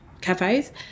cafes